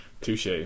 Touche